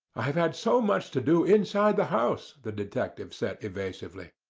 i have had so much to do inside the house, the detective said evasively.